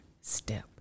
step